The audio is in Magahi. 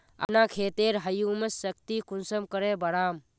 अपना खेतेर ह्यूमस शक्ति कुंसम करे बढ़ाम?